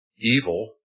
evil